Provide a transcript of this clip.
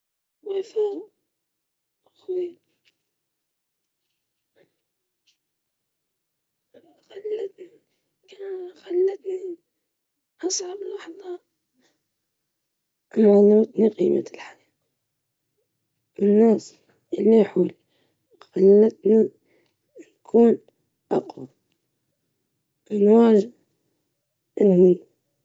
الحدث الأبرز كان الانتقال إلى مدينة جديدة، هذا جعلني أتعلم الاعتماد على نفسي، واكتشاف مهاراتي وقدراتي الشخصية.